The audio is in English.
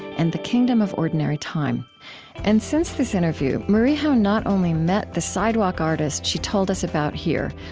and the kingdom of ordinary time and since this interview, marie howe not only met the sidewalk artist she told us about here,